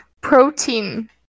Protein